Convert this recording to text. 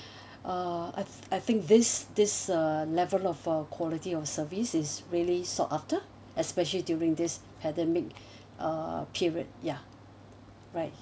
uh I~ I think this this uh level of a quality of service is really sought after especially during this pandemic uh period ya right